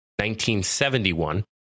1971